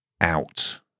out